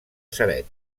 ceret